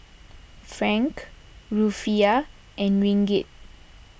Franc Rufiyaa and Ringgit